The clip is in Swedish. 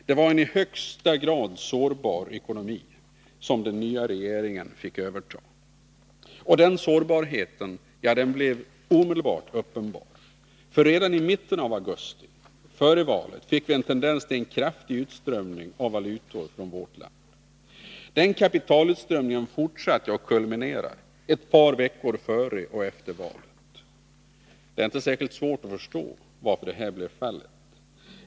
Det var en i högsta grad sårbar ekonomi som den nya regeringen fick överta. Den sårbarheten blev omedelbart uppenbar. Redan i mitten av augusti, månaden före valet, kunde vi konstatera en tendens till kraftig utströmning av valutor från vårt land. Kapitalutströmningen fortsatte, och den kulminerade under ett par veckor före och ett par veckor efter valet. Det är inte svårt att förstå varför så blev fallet.